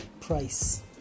price